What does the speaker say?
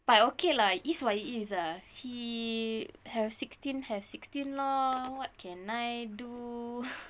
but okay lah it is what it he is lah he have sixteen have sixteen lor what can I do